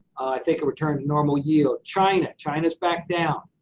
i think it returned to normal yield. china, china is back down.